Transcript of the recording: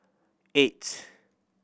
eight